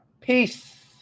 Peace